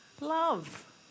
Love